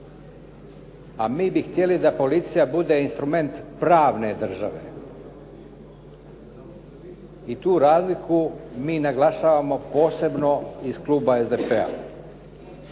a mi bi htjeli da policija bude instrument pravne države. I tu razliku mi naglašavamo posebno iz kluba SDP-a.